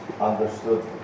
understood